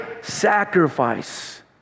sacrifice